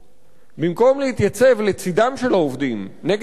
במקום להתייצב לצדם של העובדים נגד ההפרטה,